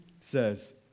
says